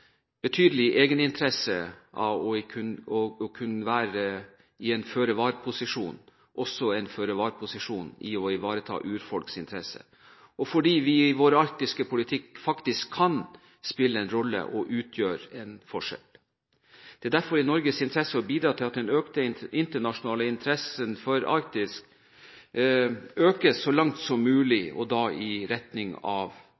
betydelig egeninteresse av å kunne være i en føre var-posisjon, også en føre var-posisjon når det gjelder å ivareta urfolks interesser, og fordi vi i vår arktiske politikk faktisk kan spille en rolle og utgjøre en forskjell. Det er derfor i Norges interesse å bidra til at den internasjonale interessen for Arktis øker så langt som mulig, og da i retning av